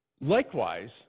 Likewise